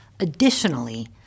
Additionally